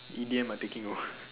E_D_M are taking over